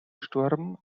sturm